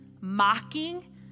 mocking